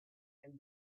and